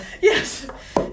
Yes